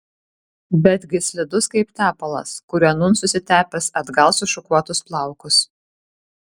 betgi slidus kaip tepalas kuriuo nūn susitepęs atgal sušukuotus plaukus